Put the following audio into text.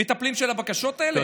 למטפלים של הבקשות האלה?